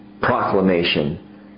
proclamation